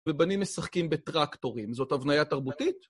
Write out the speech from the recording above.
ובנים משחקים בטרקטורים, זאת הבניית תרבותית?